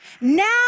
Now